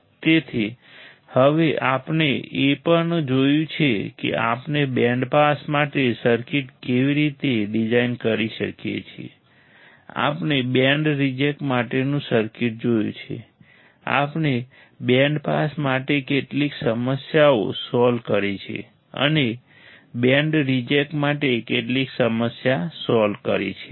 તેથી હવે આપણે એ પણ જોયું છે કે આપણે બેન્ડ પાસ માટે સર્કિટ કેવી રીતે ડિઝાઇન કરી શકીએ છીએ આપણે બેન્ડ રિજેક્ટ માટેનું સર્કિટ જોયું છે આપણે બેન્ડ પાસ માટે કેટલીક સમસ્યાઓ સોલ્વ કરી છે અને બેન્ડ રિજેક્ટ માટે કેટલીક સમસ્યા સોલ્વ કરી છે